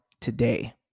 today